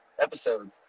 episode